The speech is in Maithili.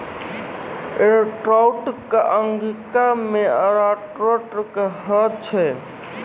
एरोरूट कॅ अंगिका मॅ अरारोट कहै छै